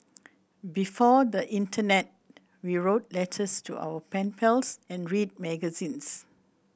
before the internet we wrote letters to our pen pals and read magazines